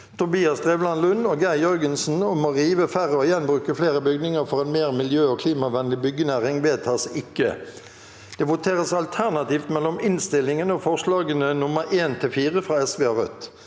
Tobias Drevland Lund og Geir Jørgensen om å rive færre og gjenbruke flere bygninger for en mer miljø- og klimavennlig byggenæring – vedtas ikke. Presidenten: Det blir votert alternativt mellom inn- stillingen og forslagene nr. 1–4, fra Sosialistisk